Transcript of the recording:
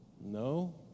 No